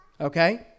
Okay